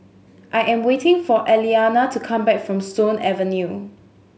I am waiting for Elianna to come back from Stone Avenue